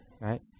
right